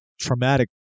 traumatic